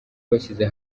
bashyize